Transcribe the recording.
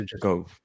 go